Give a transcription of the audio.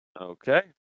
Okay